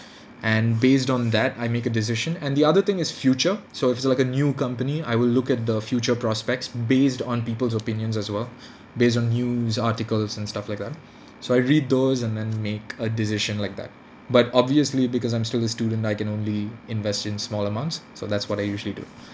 and based on that I make a decision and the other thing is future so if it's like a new company I will look at the future prospects based on people's opinions as well based on news articles and stuff like that so I read those and then make a decision like that but obviously because I'm still a student I can only invest in small amounts so that's what I usually do